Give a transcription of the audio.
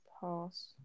pass